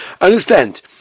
Understand